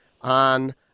on